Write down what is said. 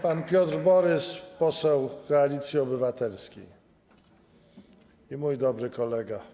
Pan Piotr Borys, poseł Koalicji Obywatelskiej i mój dobry kolega.